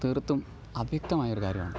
തീര്ത്തും അവ്യക്തമായൊരു കാര്യമാണ്